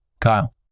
Kyle